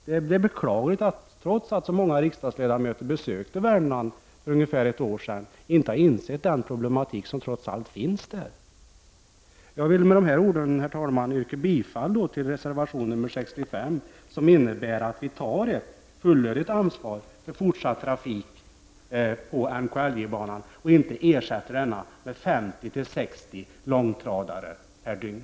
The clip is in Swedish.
Det är beklagligt att man, trots att så många riksdagsledamöter besökte Värmland för ungefär ett år sedan, inte har insett de problem som trots allt finns där. Jag vill med dessa ord, herr talman, yrka bifall till reservation 65, som innebär att vi tar ett fullödigt ansvar för fortsatt trafik på NKIJ-banan och inte ersätter denna med 50—60 långtradare per dygn.